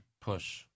Push